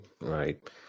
right